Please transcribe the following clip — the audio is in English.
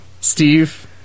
Steve